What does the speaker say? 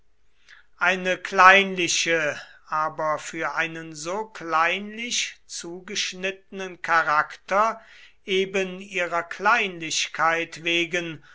eine kleinliche aber für einen so kleinlich zugeschnittenen charakter eben ihrer kleinlichkeit wegen